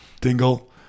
dingle